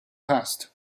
passed